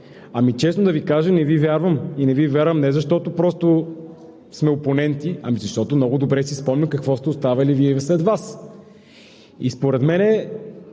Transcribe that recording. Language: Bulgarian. Честно да Ви кажа: не Ви вярвам! И не Ви вярвам, не защото просто сме опоненти, ами защото много добре си спомняме какво сте оставили Вие след Вас. Според мен